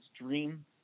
dream